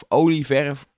olieverf